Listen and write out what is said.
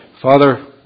Father